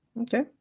Okay